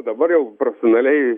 o dabar jau profesionaliai